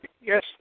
Yes